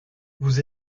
vous